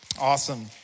Awesome